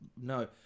no